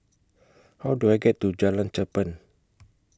How Do I get to Jalan Cherpen